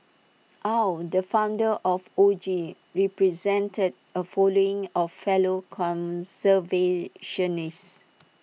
aw the founder of O G represented A following of fellow conservationists